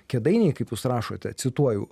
kėdainiai kaip jūs rašote cituoju